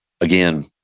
Again